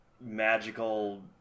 magical